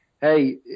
hey